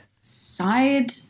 side